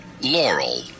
Laurel